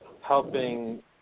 helping